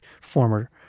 former